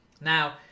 Now